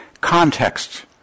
context